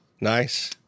Nice